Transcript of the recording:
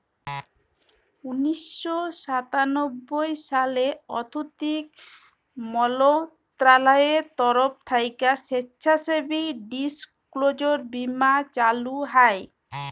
উনিশ শ সাতানব্বই সালে আথ্থিক মলত্রলালয়ের তরফ থ্যাইকে স্বেচ্ছাসেবী ডিসক্লোজার বীমা চালু হয়